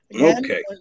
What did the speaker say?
Okay